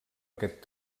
aquest